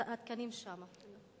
התקנים שם.